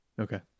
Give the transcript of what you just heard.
okay